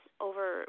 over